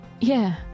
Yeah